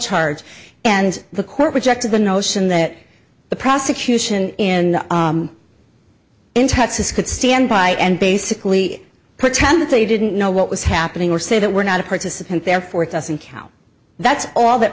charge and the court rejected the notion that the prosecution in in texas could stand by and basically put ten they didn't know what was happening or say that we're not a participant therefore it doesn't count that's all that